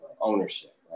ownership